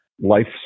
life